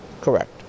correct